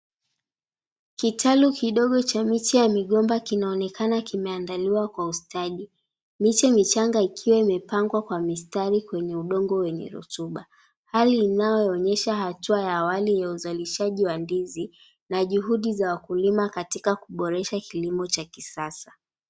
Kitalu kidogo cha miti ya migomba kinaonekana kimeandaliwa kwa ustadi, miche michanga ikiwa imepangwa kwa mistari kwenye udongo wenye rotuba, hali ambayo inayoonyesha hatua ya awali ya uzalishaji wa ndizi na juhudi za wakulima katika kuboresha kilimo cha kisasa.